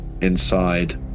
inside